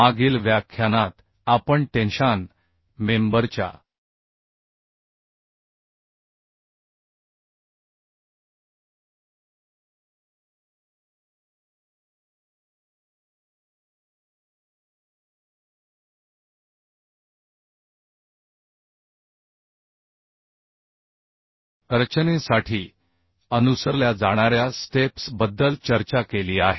मागील व्याख्यानात आपण टेन्शान मेंबरच्या रचनेसाठी अनुसरल्या जाणाऱ्या स्टेप्स बद्दल चर्चा केली आहे